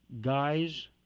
guys